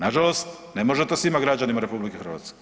Nažalost, ne može to svima građanima RH.